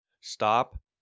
stop